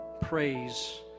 praise